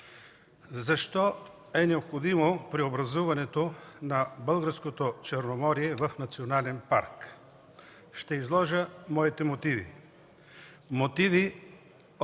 Защо е необходимо преобразуването на Българското Черноморие в национален парк? Ще изложа моите мотиви: Мотиви